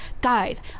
guys